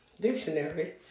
dictionary